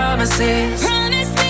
Promises